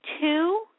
two